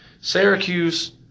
Syracuse